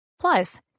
Plus